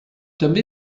també